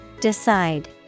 Decide